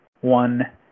one